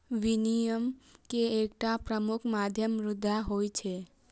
विनिमय के एकटा प्रमुख माध्यम मुद्रा होइ छै